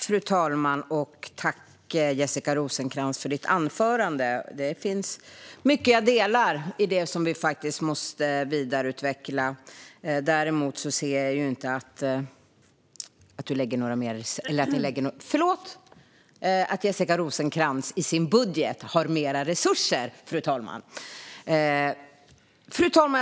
Fru talman! Tack, Jessica Rosencrantz, för ditt anförande! Det finns mycket som jag delar när det gäller det som vi måste vidareutveckla. Däremot ser jag inte att Jessica Rosencrantz har mer resurser i sin budget.